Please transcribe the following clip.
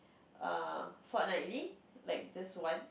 err fortnightly like just one